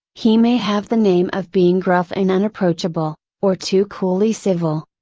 he may have the name of being gruff and unapproachable, or too coolly civil.